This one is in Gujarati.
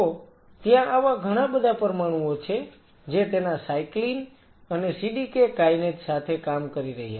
તો ત્યાં આવા ઘણાબધા પરમાણુઓ છે જે તેના સાયક્લીન અને CDK કાયનેજ સાથે કામ કરી રહ્યા છે